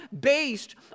based